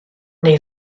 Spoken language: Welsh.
neu